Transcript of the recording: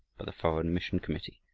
by the foreign mission committee,